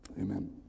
amen